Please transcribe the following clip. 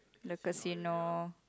the casino